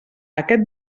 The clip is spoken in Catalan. aquest